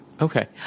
Okay